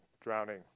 drowning